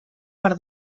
per